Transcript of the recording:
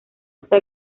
está